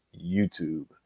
YouTube